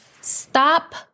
Stop